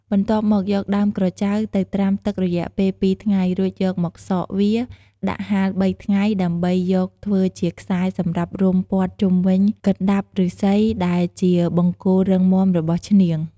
បន្ទាប់មកយកដើមក្រចៅទៅត្រាំទឹករយៈពេល ២ថ្ងៃរួចយកមកសកវាដាក់ហាល៣ថ្ងៃដើម្បីយកធ្វើជាខ្សែសម្រាប់វុំព័ទ្ធជុំវិញកណ្តាប់ឫស្សីដែលជាបង្គោលរឹងមាំរបស់ឈ្នាង។